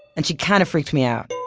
and she kind of freaked me out.